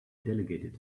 delegated